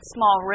Small